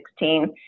2016